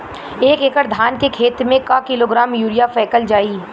एक एकड़ धान के खेत में क किलोग्राम यूरिया फैकल जाई?